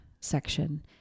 section